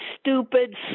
stupid